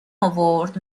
آورد